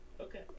Okay